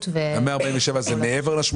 ה-147 זה מעבר ל-882?